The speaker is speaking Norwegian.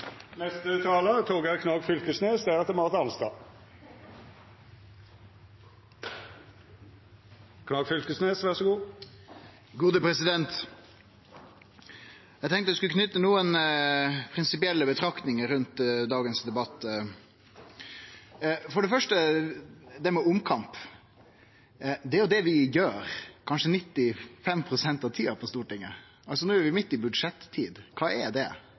Eg tenkte eg skulle kome med nokre prinsipielle betraktningar til dagens debatt. For det første det med omkamp: Det er jo det vi gjer kanskje 95 pst. av tida på Stortinget. No er vi midt i budsjettid. Kva er det?